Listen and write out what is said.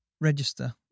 register